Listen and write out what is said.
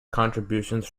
contributions